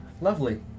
lovely